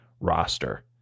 roster